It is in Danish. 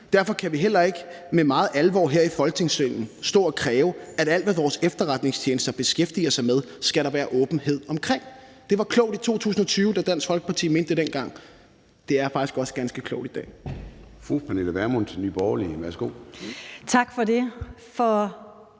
»Derfor kan vi heller ikke med meget stor alvor her i Folketingssalen stå og kræve, at alt, hvad vores efterretningstjenester beskæftiger sig med, skal der være åbenhed omkring.« Det var klogt i 2020, da Dansk Folkeparti mente det dengang. Det er faktisk også ganske klogt i dag.